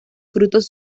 frutos